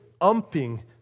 umping